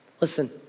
Listen